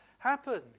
happen